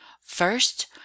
first